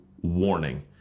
Warning